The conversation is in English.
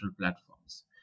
platforms